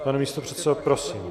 Pane místopředsedo, prosím.